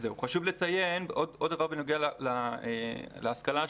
חשוב לציין עוד דבר בנוגע להשכלה השלישונית,